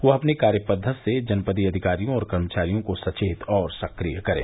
वह अपनी कार्य पद्वति से जनपदीय अधिकारियों और कर्मचारियों को सचेत और सक्रिय करें